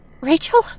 Rachel